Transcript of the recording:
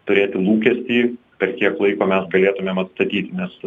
turėti lūkestį per kiek laiko mes galėtumėm atstatyt nes